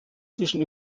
zwischen